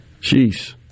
Jeez